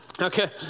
Okay